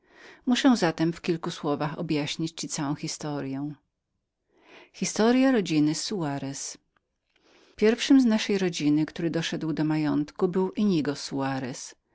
muszę zatem w kilku słowach objaśnić ci całą naszą historyę pierwszym z naszej rodziny który doszedł do majątku był